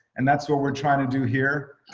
and that's what we're trying to do here.